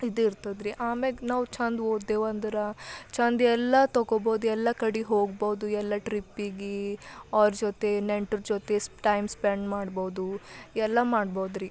ಇದು ಇರ್ತದ್ರೀ ಆಮ್ಯಾಗ ನಾವು ಛಂದ್ ಓದ್ದೇವಂದ್ರೆ ಛಂದ್ ಎಲ್ಲ ತೊಗೊಬೋದು ಎಲ್ಲ ಕಡೆ ಹೋಗ್ಬೋದು ಎಲ್ಲ ಟ್ರಿಪ್ಪಿಗೆ ಅವ್ರ ಜೊತೆ ನೆಂಟರ ಜೊತೆ ಸ್ಪೆ ಟೈಮ್ ಸ್ಪೆಂಡ್ ಮಾಡ್ಬೋದು ಎಲ್ಲ ಮಾಡ್ಬೋದ್ರೀ